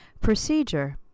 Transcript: Procedure